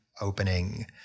opening